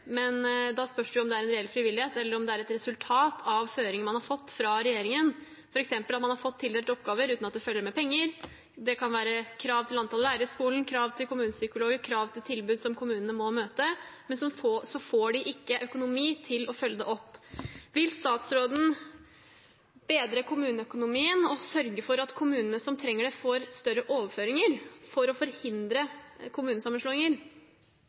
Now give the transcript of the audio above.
men da spørs det om det er en reell frivillighet, eller om det er et resultat av føringer man har fått fra regjeringen, f.eks. at man har fått tildelt oppgaver uten at det følger med penger. Det kan være krav til antall lærere i skolen, krav til kommunepsykologer, krav til tilbud som kommunene må møte – men så får de ikke økonomi til å følge opp. Vil statsråden bedre kommuneøkonomien og sørge for at kommunene som trenger det, får større overføringer for å forhindre kommunesammenslåinger?